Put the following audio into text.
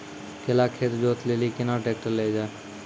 केला के खेत जोत लिली केना ट्रैक्टर ले लो जा?